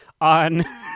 on